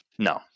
No